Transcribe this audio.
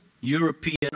European